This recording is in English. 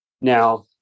Now